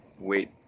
wait